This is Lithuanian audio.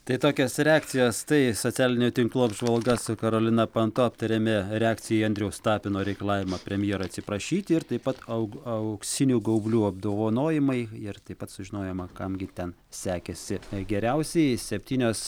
tai tokios reakcijos tai socialinių tinklų apžvalga su karolina panto aptariami reakcija į andriaus tapino reikalavimą premjerą atsiprašyti ir taip pat aug auksinių gaublių apdovanojimai ir taip pat sužinojoma kam gi ten sekėsi geriausiai septynios